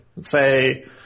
say